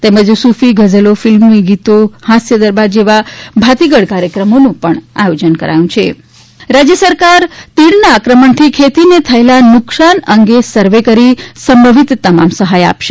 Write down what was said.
તેમજ સુફી ગઝલો ફિલ્મી ગીતો હાસ્ય દરબાર વગેરે ભાતીગળ કાર્યક્રમો યોજાશે તીડ આક્રમણ રાજય રાજય સરકાર તીડના આક્રમણથી ખેતીને થયેલા નુકસાન અંગે સર્વે કરીને સંભવિત તમામ સહાય આપશે